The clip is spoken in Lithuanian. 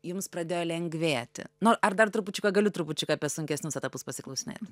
jums pradėjo lengvėti nu ar dar trupučiuką galiu trupučiuką apie sunkesnius etapus pasiklausinėti